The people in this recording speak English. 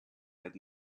had